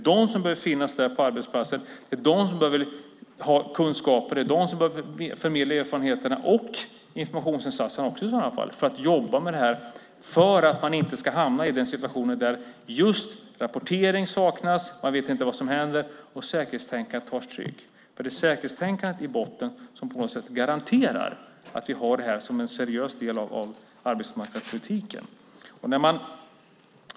De behöver finnas på arbetsplatsen, ha kunskaper och förmedla erfarenheter och informationsinsatser. Det handlar om att jobba med detta så att man inte hamnar i en situation där rapportering saknas - man vet inte vad som händer - och säkerhetstänkandet tar stryk. Det är säkerhetstänkandet i botten som på något sätt garanterar att detta är en seriös del av arbetsmarknadspolitiken.